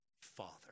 father